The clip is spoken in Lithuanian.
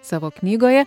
savo knygoje